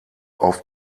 auf